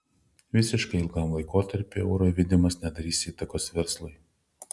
visiškai ilgam laikotarpiui euro įvedimas nedarys įtakos verslui